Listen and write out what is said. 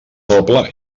noble